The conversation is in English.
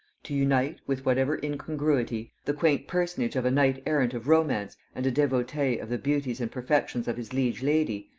to unite, with whatever incongruity, the quaint personage of a knight errant of romance and a devotee of the beauties and perfections of his liege lady,